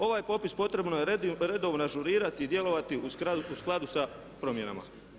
Ovaj popis potrebno je redovno ažurirati i djelovati u skladu sa promjenama.